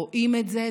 רואים את זה,